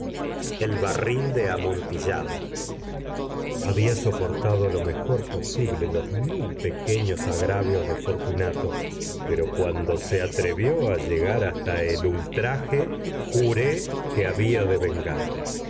el barril de amontillado había soportado lo mejor posible los mil pequeños agravios de fortunato pero cuando se atrevió a llegar hasta el ultraje juré que había de vengarme